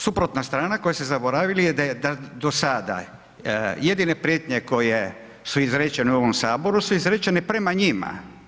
Suprotna strana koju ste zaboravili je da je dosada jedini prijetnje koje su izrečene u ovom Saboru su izrečene prema njima.